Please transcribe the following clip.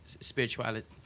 spirituality